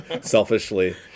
selfishly